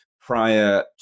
prior